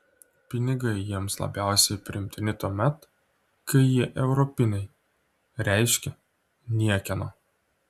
pinigai jiems labiausiai priimtini tuomet kai jie europiniai reiškia niekieno